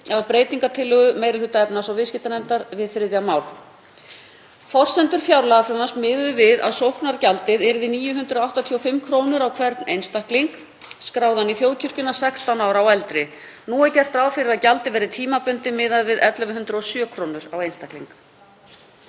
af breytingartillögu meiri hluta efnahags- og viðskiptanefndar við 3. mál. Forsendur fjárlagafrumvarps miðuðu við að sóknargjaldið yrði 985 kr. á hvern einstakling skráðan í þjóðkirkjuna, 16 ára og eldri. Nú er gert ráð fyrir að gjaldið verði tímabundið miðað við 1.107 kr. á einstakling.